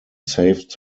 saved